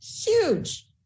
huge